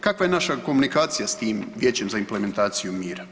Kakva je naša komunikacija s tim Vijećem za implementaciju mira?